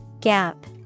Gap